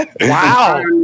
Wow